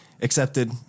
Accepted